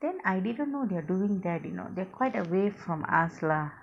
then I didn't know they are doing that you know they are quite away from us lah